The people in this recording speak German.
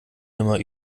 nimmer